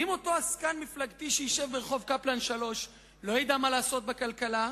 ואם אותו עסקן פוליטי שישב ברחוב קפלן 3 לא ידע מה לעשות בכלכלה?